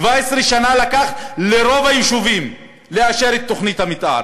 17 שנה לקח לרוב היישובים לאשר את תוכנית המתאר.